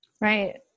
Right